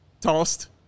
Tossed